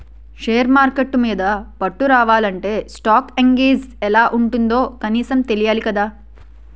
share market మీద పట్టు రావాలంటే స్టాక్ ఎక్సేంజ్ ఎలా ఉంటుందో కనీసం తెలియాలి కదా